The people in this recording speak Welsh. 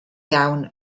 iawn